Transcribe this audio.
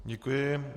Děkuji.